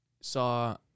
Saw